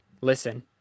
listen